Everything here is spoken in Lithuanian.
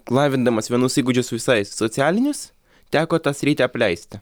lavindamas vienus įgūdžius visai socialinius teko tą sritį apleisti